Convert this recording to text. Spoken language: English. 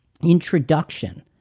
introduction